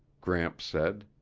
gramps said.